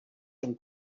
und